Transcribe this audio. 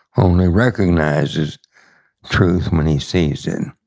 only recognizes truth when he sees and